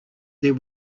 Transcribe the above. there